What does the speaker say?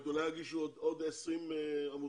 היא אומרת שאולי יגישו עוד 20 עמותות,